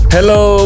Hello